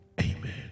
Amen